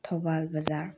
Thoubal Bazar